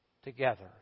together